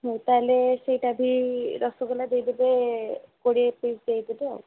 ହଉ ତା'ହେଲେ ସେଇଟା ବି ରସଗୋଲା ଦେଇଦେବେ କୋଡ଼ିଏ ପିସ୍ ଦେଇଦେବେ ଆଉ